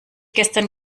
gestern